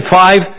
five